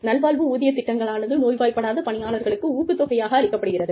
நல்வாழ்வு ஊதிய திட்டங்களானது நோய்வாய்ப்படாத பணியாளர்களுக்கு ஊக்கத் தொகையாக அளிக்கப்படுகிறது